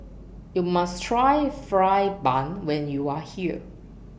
YOU must Try Fried Bun when YOU Are here